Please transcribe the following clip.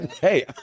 Hey